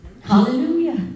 Hallelujah